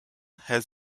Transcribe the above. has